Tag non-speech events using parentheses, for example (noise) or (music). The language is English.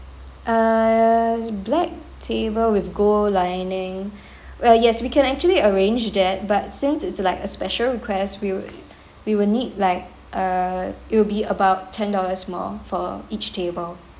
err black table with gold lining (breath) uh yes we can actually arrange that but since it's like a special request we will we will need like err it will be about ten dollars more for each table